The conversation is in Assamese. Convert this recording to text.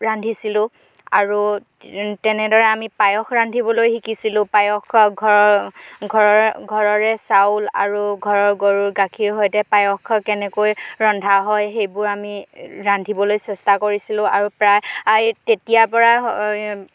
ৰান্ধিছিলোঁ আৰু তেনেদৰে আমি পায়স ৰান্ধিবলৈ শিকিছিলোঁ পায়স ঘঅ ঘৰৰ ঘৰৰে চাউল আৰু ঘৰৰ গৰুৰ গাখীৰৰ সৈতে পায়স কেনেকৈ ৰন্ধা হয় সেইবোৰ আমি ৰান্ধিবলৈ চেষ্টা কৰিছিলোঁ আৰু প্ৰায় তেতিয়াৰ পৰা